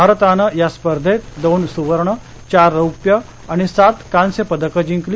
भारतानं या स्पर्धेत दोन सुवर्ण चार रौप्य आणि सात कांस्यपदकं जिंकली